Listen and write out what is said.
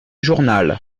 journal